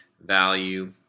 value